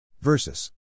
Versus